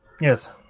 Yes